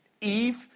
Eve